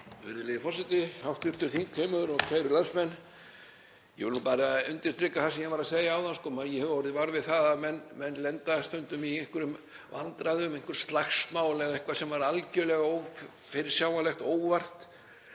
Virðulegi forseti, hv. þingheimur og kæru landsmenn. Ég vil bara undirstrika það sem ég var að segja áðan að ég hef orðið var við það að menn lenda stundum í einhverjum vandræðum, einhverjum slagsmálum eða einhverju sem var algerlega ófyrirsjáanlegt, óvart.